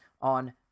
on